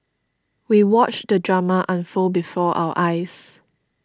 we watched the drama unfold before our eyes